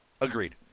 Agreed